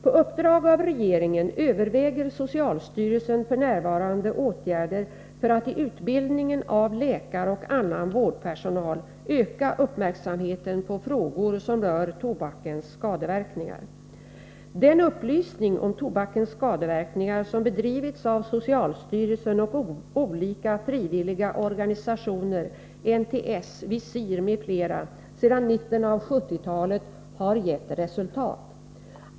På uppdrag av regeringen överväger socialstyrelsen f.n. åtgärder för att i utbildningen av läkare och annan vårdpersonal öka uppmärksamheten på frågor som rör tobakens skadeverkningar. i Den upplysning om tobakens skadeverkningar som bedrivits av socialstyrelsen och olika frivilliga organisationer, NTS, Visir m.fl., sedan mitten av 1970-talet har gett resultat.